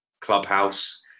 clubhouse